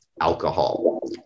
alcohol